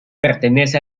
pertenece